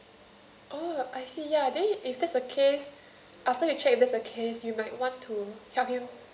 orh I see ya then if that's the case after you check if that's the case you might want to help him